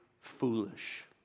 foolish